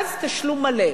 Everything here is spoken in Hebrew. אז תשלום מלא.